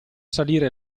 salire